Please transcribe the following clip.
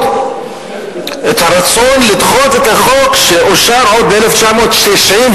את הרצון לדחות את החוק שאושר עוד ב-1997,